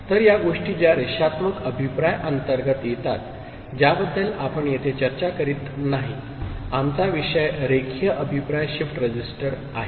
तर या गोष्टी ज्या रेषात्मक अभिप्राय अंतर्गत येतात ज्याबद्दल आपण येथे चर्चा करीत नाही आमचा विषय रेखीय अभिप्राय शिफ्ट रजिस्टर आहे